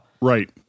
Right